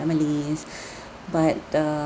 families but uh